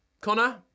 Connor